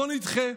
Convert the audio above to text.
בואו נדחה.